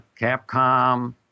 Capcom